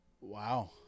Wow